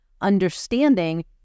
understanding